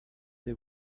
they